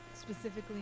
specifically